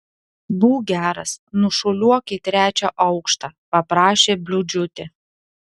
būk geras nušuoliuok į trečią aukštą paprašė bliūdžiūtė